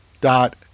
dot